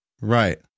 right